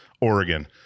oregon